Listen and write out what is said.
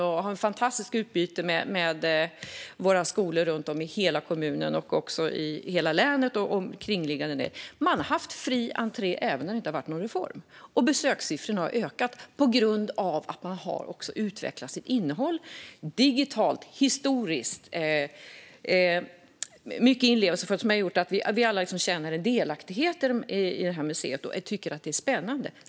De har ett fantastiskt utbyte med skolor i hela kommunen och även i hela länet och omkringliggande delar. De har haft fri entré även när det inte har varit någon reform. Besökssiffrorna har ökat på grund av att de har utvecklat sitt innehåll, digitalt och historiskt och med en inlevelse som gör att vi alla känner en delaktighet i museet och tycker att det är spännande.